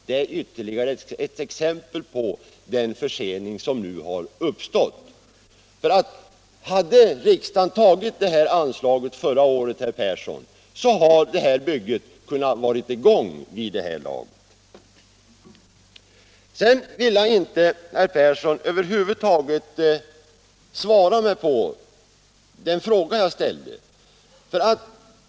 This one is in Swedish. Det är ännu ett exempel på den försening som nu har uppstått. Hade riksdagen fattat beslut om anslaget förra året, herr Persson, hade bygget kunnat vara i gång vid det här laget. Herr Persson vill över huvud taget inte besvara den fråga jag ställde.